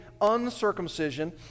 uncircumcision